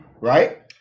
right